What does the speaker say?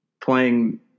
Playing